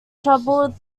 troubled